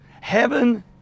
Heaven